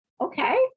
Okay